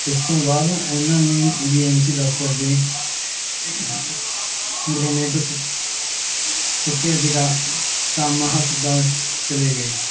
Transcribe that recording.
ਇਸ ਤੋਂ ਬਾਅਦ ਉਨ੍ਹਾਂ ਨੇ ਬੀ ਐੱਮ ਸੀ ਦਫ਼ਤਰ ਦੇ ਗ੍ਰੇਨੇਡਸ ਸੁੱਟੇ ਜਗ੍ਹਾ ਕਾਮਾ ਹਸਪਤਾਲ ਚਲੇ ਗਏ